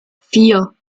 vier